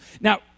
Now